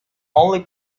only